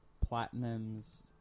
Platinum's